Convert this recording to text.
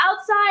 outside